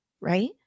right